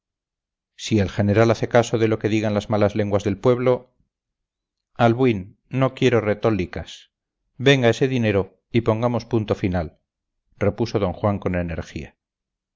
si el general hace caso de lo que digan las malas lenguas del pueblo albuín no quieroretólicas venga ese dinero y pongamos punto final repuso don juan con energía